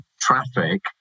traffic